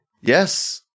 yes